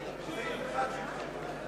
סעיף אחד,